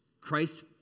Christ